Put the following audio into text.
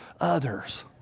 others